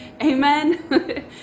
Amen